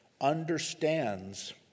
understands